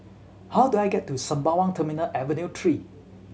how do I get to Sembawang Terminal Avenue Three